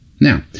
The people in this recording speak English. Now